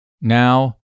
Now